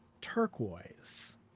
turquoise